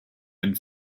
and